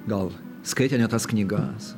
gal skaitė ne tas knygas